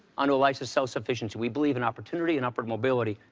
on to lives of self-sufficiency. we believe in opportunity and upward mobility.